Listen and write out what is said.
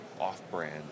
off-brand